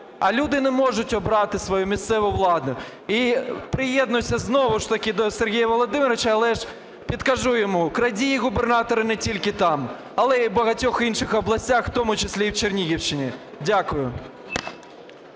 а люди не можуть обрати свою місцеву владу? І приєднуюся знову ж таки до Сергія Володимировича, але ж підкажу йому, крадії губернатори не тільки там, але і в багатьох інших областях, в тому числі і в Чернігівщині. Дякую.